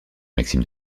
maxime